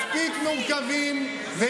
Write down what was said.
אולי הגולנצ'יקים, מי?